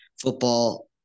football